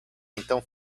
então